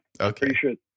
Okay